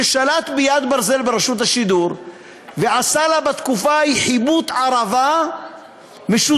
ששלט ביד ברזל ברשות השידור ועשה לה בתקופה ההיא חיבוט ערבה משודרג.